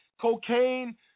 cocaine